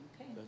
Okay